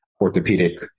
orthopedic